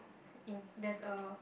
in there's a